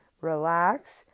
relax